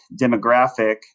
demographic